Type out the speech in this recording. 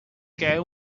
quer